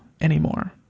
anymore